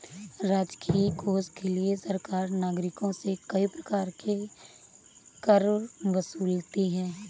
राजकीय कोष के लिए सरकार नागरिकों से कई प्रकार के कर वसूलती है